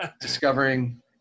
discovering